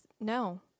no –